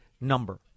number